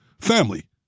family